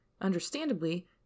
Understandably